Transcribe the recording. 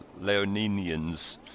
Leoninians